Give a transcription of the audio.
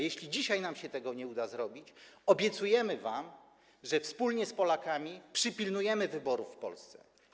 Jeśli dzisiaj nam się tego nie uda zrobić, obiecujemy wam, że wspólnie z Polakami przypilnujemy wyborów w Polsce.